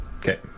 Okay